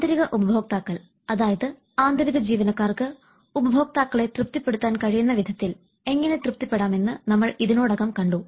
ആന്തരിക ഉപഭോക്താക്കൾ അതായത് ആന്തരിക ജീവനക്കാർക്ക് ഉപഭോക്താക്കളെ തൃപ്തിപ്പെടുത്താൻ കഴിയുന്ന വിധത്തിൽ എങ്ങനെ തൃപ്തിപ്പെടാം എന്ന് നമ്മൾ ഇതിനോടകം കണ്ടു